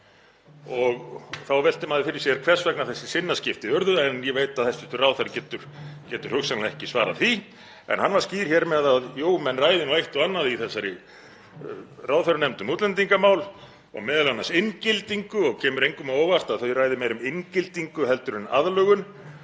Þá veltir maður fyrir sér hvers vegna þessi sinnaskipti urðu. Ég veit að hæstv. ráðherra getur hugsanlega ekki svarað því en hann var skýr með að menn ræði nú eitt og annað í þessari ráðherranefnd um útlendingamál, m.a. inngildingu, og kemur engum á óvart að þau ræði meira um inngildingu en aðlögun.